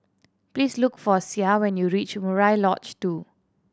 please look for Sie when you reach Murai Lodge Two